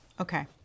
Okay